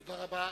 תודה רבה.